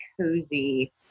cozy